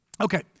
Okay